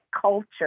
culture